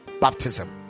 baptism